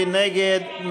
מי נגד?